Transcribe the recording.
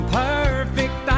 perfect